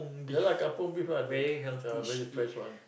ya lah kampung beef lah the the very impress one